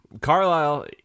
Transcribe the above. Carlisle